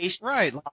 Right